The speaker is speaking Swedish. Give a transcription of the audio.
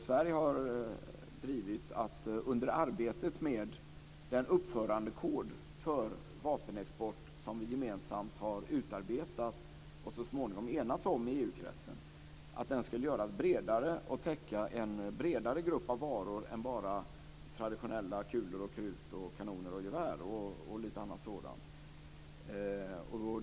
Sverige har under arbetet med den uppförandekod för vapenexport, som vi gemensamt har utarbetat och så småningom enats om i EU-kretsen, drivit att den skulle göras bredare och täcka en bredare grupp av varor än bara traditionella kulor, krut, kanoner, gevär och annat sådant.